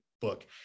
book